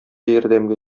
ярдәмгә